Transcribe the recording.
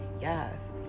yes